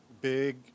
big